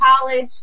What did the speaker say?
college